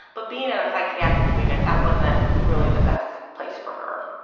but being in a psychiatric unit, that wasn't really the best place for her.